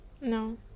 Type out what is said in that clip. No